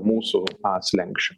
mūsų slenksčio